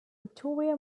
victoria